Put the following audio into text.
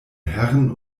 herren